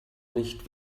nicht